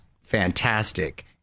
fantastic